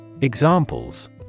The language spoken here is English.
Examples